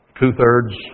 Two-thirds